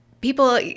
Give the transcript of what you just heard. people